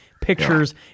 Pictures